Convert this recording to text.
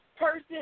Person